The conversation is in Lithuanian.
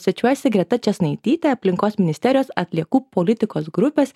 svečiuojasi svečiuojasi greta česnaitytė aplinkos ministerijos atliekų politikos grupės